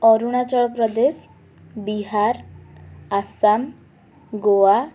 Arunachal Pradesh Bihar Assam Goa